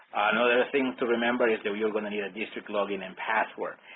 another thing to remember is that you're going to need a district login and password.